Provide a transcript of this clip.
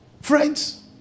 Friends